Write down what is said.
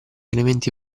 elementi